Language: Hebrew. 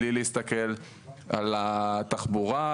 בלי להסתכל על התחבורה,